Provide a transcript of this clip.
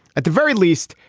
at the very least,